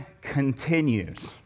continues